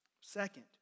Second